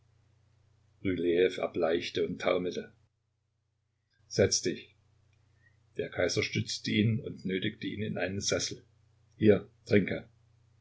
erbleichte und taumelte setz dich der kaiser stützte ihn und nötigte ihn in einen sessel hier trinke